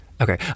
Okay